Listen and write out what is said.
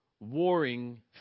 Warring